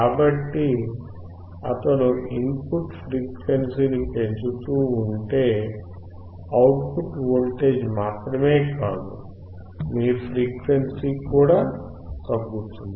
కాబట్టి అతను ఇన్పుట్ ఫ్రీక్వెన్సీని పెంచుతూ ఉంటే అవుట్ పుట్ వోల్టేజ్ మాత్రమే కాదు మీ ఫ్రీక్వెన్సీ కూడా తగ్గుతుంది